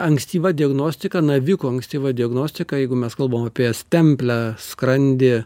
ankstyva diagnostika naviko ankstyva diagnostika jeigu mes kalbam apie stemplę skrandį